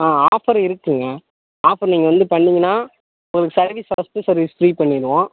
ஆ offer இருக்குங்க offer நீங்கள் வந்து பண்ணிங்கன்னா ஒரு சர்வீஸ் ஃபர்ஸ்ட் சர்வீஸ் ஃப்ரீ பண்ணிவிடுவோம்